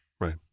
Right